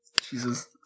Jesus